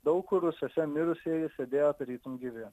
daug kur rūsiuose mirusieji sėdėjo tarytum gyvi